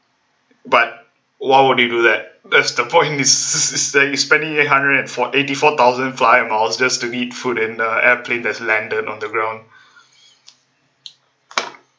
but why would he do that that's the point in spending eight hundred and fo~ eighty four thousand flyer miles just to eat food in a airplane that's landed on the ground